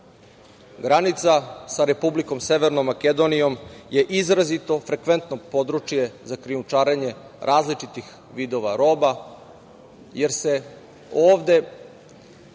sa Republikom Severnom Makedonijom je izrazito frekventno područje za krijumčarenje različitih vidova roba, jer se ovde